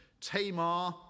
Tamar